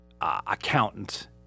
accountant